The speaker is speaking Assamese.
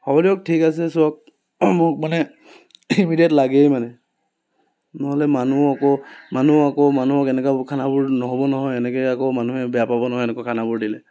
হ'ব দিয়ক ঠিক আছে চাওক মোক মানে ইমিডিয়েট লাগেই মানে নহ'লে মানুহ আকৌ মানুহ আকৌ মানুহক এনেকুৱা খানাবোৰ নহ'ব নহয় এনেকৈ আকৌ মানুহে বেয়া পাব নহয় এনেকুৱা খানাবোৰ দিলে